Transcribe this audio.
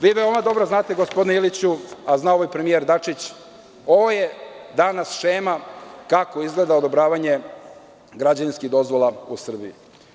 Vi veoma dobro znate, gospodine Iliću, a zna i premijer Dačić, ovo je danas šema kako izgleda odobravanje građevinske dozvole u Srbiji.